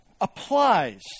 applies